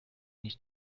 nicht